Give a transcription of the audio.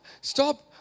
stop